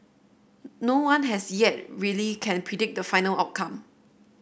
no one as yet really can predict the final outcome